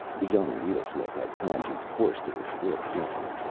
the young needlesmith had timed his course to the split second.